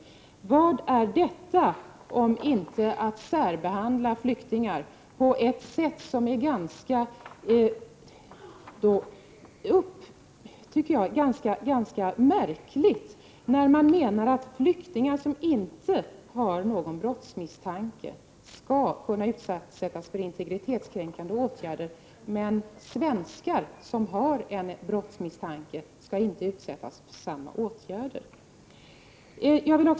Vad är detta om inte att särbehandla flyktingar på ett sätt som jag tycker är ganska märkligt. Man anser att flyktingar, mot vilka det inte finns någon brottsmisstanke, skall kunna utsättas för integritetskränkande åtgärder, medan svenskar som är misstänkta för brott inte skall kunna utsättas för samma åtgärder.